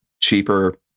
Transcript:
cheaper